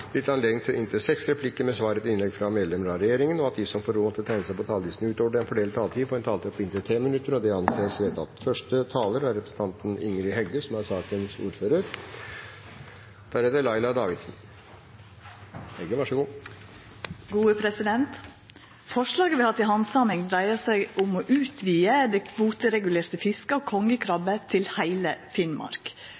anledning til inntil seks replikker med svar etter innlegg fra medlemmer av regjeringen, og at de som måtte tegne seg på talerlisten utover den fordelte taletid, får en taletid på inntil 3 minutter. – Det anses vedtatt. Jeg tror at vi, uavhengig av hvilke regjeringer vi har hatt, kan slå fast at Norge har arbeidet aktivt for å styrke gjennomføringen av menneskerettighetene både nasjonalt og internasjonalt – et arbeid som er godt forankret innenfor FN-systemet, i